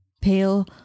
Pale